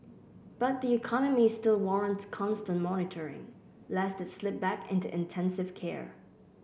but the economy still warrants constant monitoring lest it slip back into intensive care